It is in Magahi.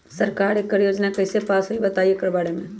सरकार एकड़ योजना कईसे पास होई बताई एकर बारे मे?